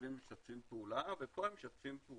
התושבים משתפים פעולה, ופה הם משתפים פעולה